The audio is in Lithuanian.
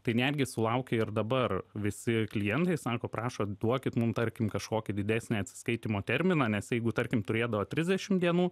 tai netgi sulauki ir dabar visi klientai sako prašo duokit mum tarkim kažkokį didesnį atsiskaitymo terminą nes jeigu tarkim turėdavo trisdešim dienų